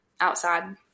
outside